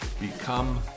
become